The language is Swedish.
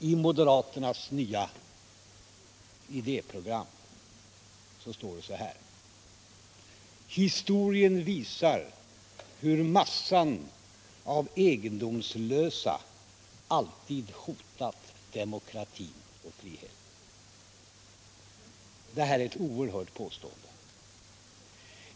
I moderaternas nya idéprogram står det bl.a.: ”Historien visar hur massan av egendomslösa alltid hotat demokratin och friheten.” Det här är ett oerhört påstående.